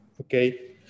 okay